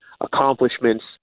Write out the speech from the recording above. accomplishments